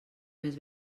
més